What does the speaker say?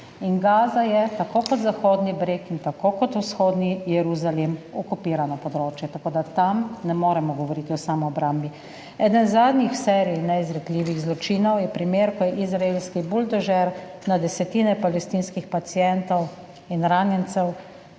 Gaza je tako kot Zahodni breg in tako kot vzhodni Jeruzalem okupirano področje, tako da tam ne moremo govoriti o samoobrambi. Eden zadnjih v seriji neizrekljivih zločinov je primer, ko je izraelski buldožer na desetine palestinskih pacientov in ranjencev